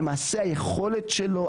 למעשה היכולת שלו,